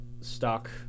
stock